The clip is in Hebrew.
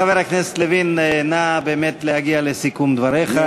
חבר הכנסת לוין, נא באמת להגיע לסיכום דבריך.